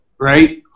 right